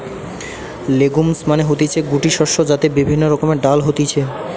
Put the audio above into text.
legumes মানে হতিছে গুটি শস্য যাতে বিভিন্ন রকমের ডাল হতিছে